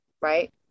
right